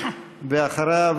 ואחריו,